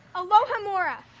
alohomora,